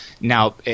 now